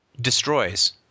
destroys